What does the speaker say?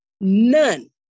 None